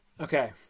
Okay